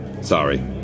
Sorry